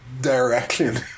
direction